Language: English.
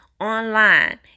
online